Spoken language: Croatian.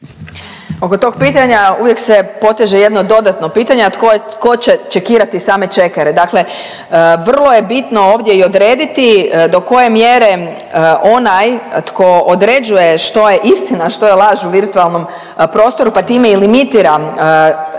Oko tog pitanja uvijek se poteže jedno dodatno pitanje, a tko će čekirati same chekere. Dakle, vrlo je bitno ovdje i odrediti do koje mjere onaj tko određuje što je istina, što je laž u virtualnom prostoru, pa time i limitiram